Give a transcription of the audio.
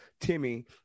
Timmy